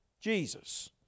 Jesus